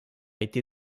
été